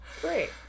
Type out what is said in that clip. Great